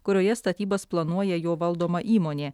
kurioje statybas planuoja jo valdoma įmonė